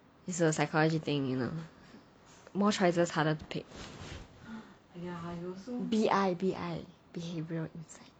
it's a psychology thing you know more choices harder to pick B_I B_I behavioural insight